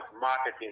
marketing